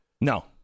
No